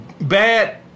bad